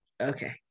Okay